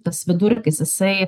tas vidurkis jisai